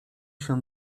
się